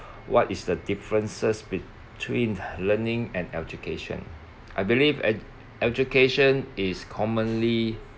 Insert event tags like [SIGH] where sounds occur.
what is the differences between [BREATH] learning and education I believe ed~ education is commonly